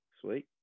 sweet